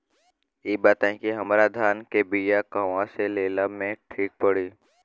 इ बताईं की हमरा धान के बिया कहवा से लेला मे ठीक पड़ी?